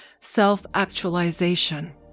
self-actualization